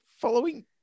following